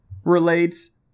relates